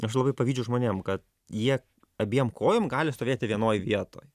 aš labai pavydžiu žmonėm kad jie abiem kojom gali stovėti vienoj vietoj